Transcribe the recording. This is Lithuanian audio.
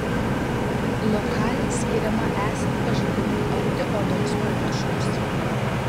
lokaliai skiriama esant pažeidimui arti odos paviršiaus